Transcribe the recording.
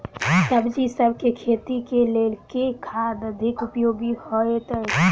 सब्जीसभ केँ खेती केँ लेल केँ खाद अधिक उपयोगी हएत अछि?